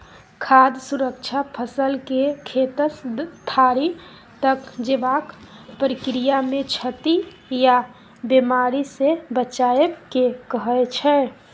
खाद्य सुरक्षा फसलकेँ खेतसँ थारी तक जेबाक प्रक्रियामे क्षति आ बेमारीसँ बचाएब केँ कहय छै